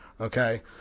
Okay